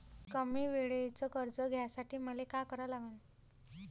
कमी वेळेचं कर्ज घ्यासाठी मले का करा लागन?